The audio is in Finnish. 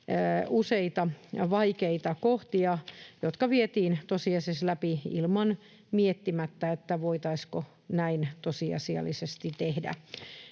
useita vaikeita kohtia, jotka vietiin tosiasiassa läpi miettimättä, voitaisiinko näin tosiasiallisesti tehdä.